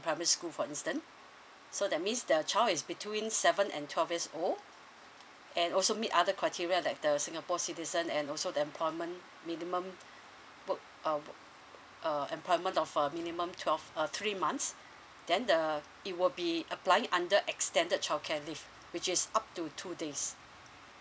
primary school for instance so that means their child is between seven and twelve years old and also meet other criteria like the singapore citizen and also the employment minimum work uh wo~ uh employment of a minimum twelve uh three months then the it will be applying under extended childcare leave which is up to two days